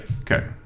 Okay